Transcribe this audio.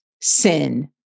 sin